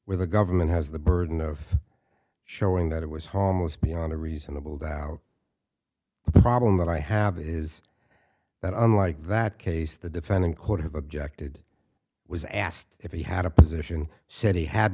where the government has the burden of showing that it was harmless beyond a reasonable doubt the problem that i have is that unlike that case the defendant could have objected was asked if he had a position city ha